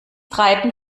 treiben